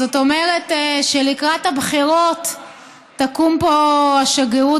זאת אומרת שלקראת הבחירות תקום פה השגרירות,